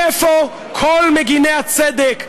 איפה כל מגיני הצדק?